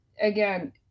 again